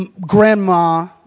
grandma